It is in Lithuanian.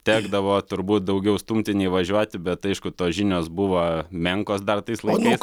tekdavo turbūt daugiau stumti nei važiuoti bet aišku tos žinios buvo menkos dar tais laikais